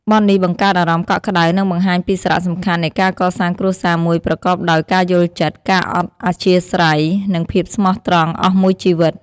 បទនេះបង្កើតអារម្មណ៍កក់ក្តៅ និងបង្ហាញពីសារៈសំខាន់នៃការកសាងគ្រួសារមួយប្រកបដោយការយល់ចិត្ត ការអត់អធ្យាស្រ័យ និងភាពស្មោះត្រង់អស់មួយជីវិត។